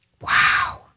Wow